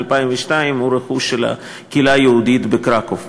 מ-2002 הוא רכוש של הקהילה היהודית בקרקוב.